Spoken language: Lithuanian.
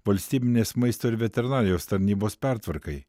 valstybinės maisto ir veterinarijos tarnybos pertvarkai